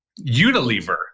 Unilever